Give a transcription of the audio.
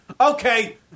Okay